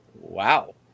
Wow